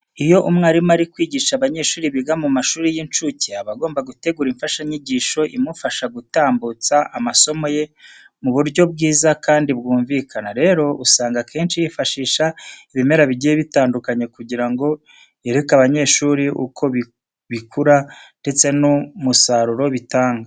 Iyo umwarimu ari kwigisha abanyeshuri biga mu mashuri y'incuke aba agomba gutegura imfashanyigisho imufasha gutambutsa amasomo ye mu buryo bwiza kandi bwumvikana. Rero usanga akenshi yifashisha ibimera bigiye bitandukanye kugira ngo yereke abanyeshuri uko bikura ndetse n'umusaruro bitanga.